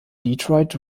detroit